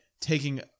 taking